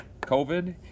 COVID